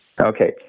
Okay